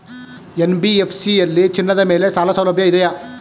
NBFC ಯಲ್ಲಿ ಚಿನ್ನದ ಮೇಲೆ ಸಾಲಸೌಲಭ್ಯ ಇದೆಯಾ?